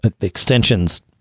extensions